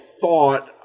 thought